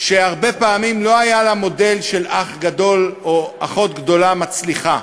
שהרבה פעמים לא היה לה מודל של אח גדול או אחות גדולה מצליחה,